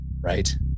right